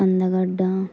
కందగడ్డ